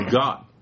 God